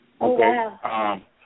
Okay